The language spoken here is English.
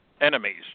enemies